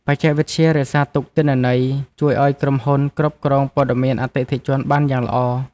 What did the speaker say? បច្ចេកវិទ្យារក្សាទុកទិន្នន័យ ជួយឱ្យក្រុមហ៊ុនគ្រប់គ្រងព័ត៌មានអតិថិជនបានយ៉ាងល្អ។